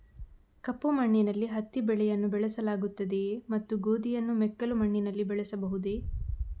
ಕಪ್ಪು ಮಣ್ಣಿನಲ್ಲಿ ಹತ್ತಿ ಬೆಳೆಯನ್ನು ಬೆಳೆಸಲಾಗುತ್ತದೆಯೇ ಮತ್ತು ಗೋಧಿಯನ್ನು ಮೆಕ್ಕಲು ಮಣ್ಣಿನಲ್ಲಿ ಬೆಳೆಯಬಹುದೇ?